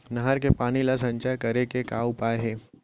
नहर के पानी ला संचय करे के का उपाय हे?